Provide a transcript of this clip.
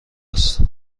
است